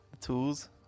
tools